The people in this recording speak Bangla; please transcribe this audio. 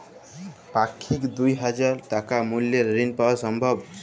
পাক্ষিক দুই হাজার টাকা মূল্যের ঋণ পাওয়া সম্ভব?